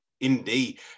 indeed